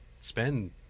spend